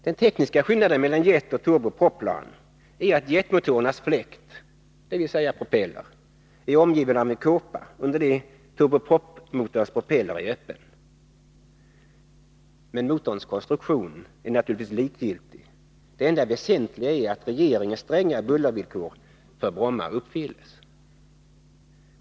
Den tekniska skillnaden mellan jetoch turbopropplan är att jetmotorns fläkt, dvs. propeller, är omgiven av en kåpa, under det att turbopropmotorns propeller är öppen. Men motorns konstruktion är naturligtvis likgiltig; det enda väsentliga är att regeringens stränga bullervillkor för Bromma uppfylls.